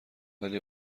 ولی